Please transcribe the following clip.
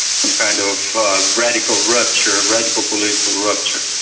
some kind of radical rupture, radical political rupture.